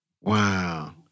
Wow